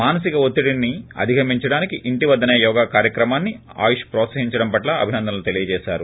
మానసిక ఒత్తిడిని అధిగమించడానికి ఇంటివద్దనే యోగా కార్యక్రమాన్ని ఆయుష్ ప్రోత్సహించడం పట్ల అభినందనలు తెలీయజేశారు